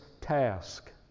task